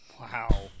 Wow